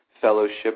fellowship